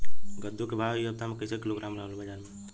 कद्दू के भाव इ हफ्ता मे कइसे किलोग्राम रहल ह बाज़ार मे?